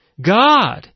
God